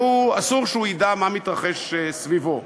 ואסור שהוא ידע מה מתרחש סביבו.